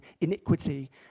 iniquity